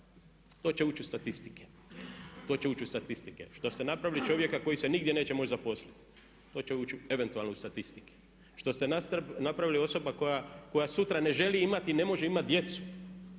to će ući u statistike. Što ste napravili čovjeka koji se nigdje neće moći zaposliti. To će ući eventualno u statistike. Što ste napravili osobu koja sutra ne želi imati i ne može imati djecu.